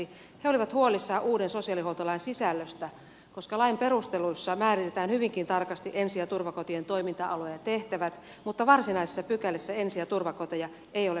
he olivat huolissaan uuden sosiaalihuoltolain sisällöstä koska lain perusteluissa määritetään hyvinkin tarkasti ensi ja turvakotien toiminta alue ja tehtävät mutta varsinaisissa pykälissä ensi ja turvakoteja ei ole suoraan mainittu